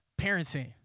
parenting